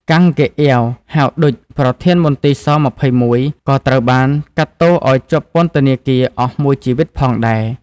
កាំង ហ្គេកអ៊ាវ ហៅ ឌុច ប្រធានមន្ទីរស-២១ ក៏ត្រូវបានកាត់ទោសឱ្យជាប់ពន្ធនាគារអស់មួយជីវិតផងដែរ។